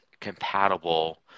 compatible